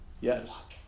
Yes